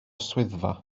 swyddfa